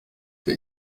der